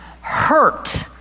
hurt